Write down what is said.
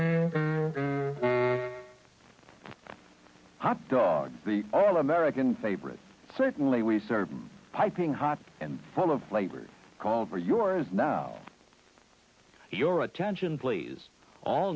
d hot dog the all american favorite certainly we served piping hot and full of flavor called are yours now your attention please all